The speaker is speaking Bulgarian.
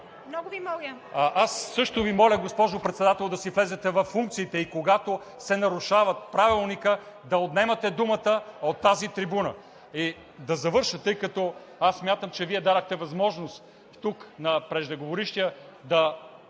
ИВАНОВ: Да. Аз също Ви моля, госпожо Председател, да си влезете във функциите и когато се нарушава Правилникът, да отнемате думата от тази трибуна. И да завърша. Тъй като аз смятам, че Вие дадохте възможност тук на преждеговорившия да